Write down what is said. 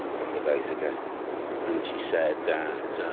couple days ago and she said that